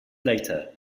later